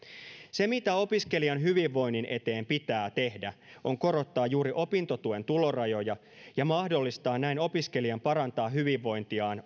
se mitä opiskelijan hyvinvoinnin eteen pitää tehdä on korottaa juuri opintotuen tulorajoja ja mahdollistaa näin opiskelijan parantaa hyvinvointiaan